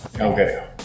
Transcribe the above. Okay